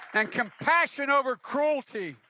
and compassion over cruelty.